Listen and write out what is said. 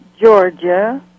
Georgia